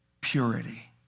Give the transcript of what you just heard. purity